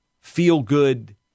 feel-good